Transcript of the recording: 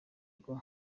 rwa